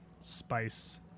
Spice